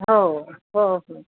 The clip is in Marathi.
हो हो हो हो